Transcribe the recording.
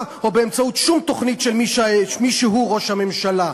או באמצעות שום-תוכנית של מי שהוא ראש הממשלה.